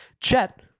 Chet